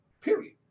period